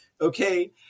okay